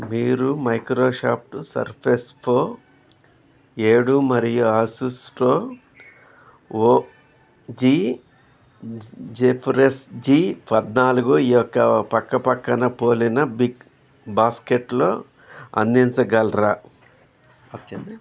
మీరు Microsoft Surface Pro ఏడు మరియు Asus R O G Zephyrus G పద్నాలుగు యొక్క పక్కపక్కన పోలిన బిగ్బాస్కెట్లో అందించగలరా